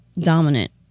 dominant